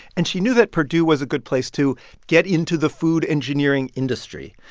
and she knew that purdue was a good place to get into the food engineering industry,